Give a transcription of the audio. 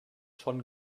schon